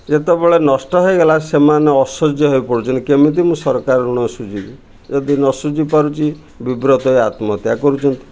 ଯେତେବେଳେ ନଷ୍ଟ ହୋଇଗଲା ସେମାନେ ଅସହ୍ୟ ହୋଇପଡ଼ୁଛନ୍ତି କେମିତି ମୁଁ ସରକାର ଋଣ ଶୁଝିବି ଯଦି ନ ଶୁଝି ପାରୁଛି ବିବ୍ରତ ହୋଇ ଆତ୍ମହତ୍ୟା କରୁଛନ୍ତି